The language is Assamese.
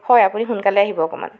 হয় আপুনি সোনকালে আহিব অকণমান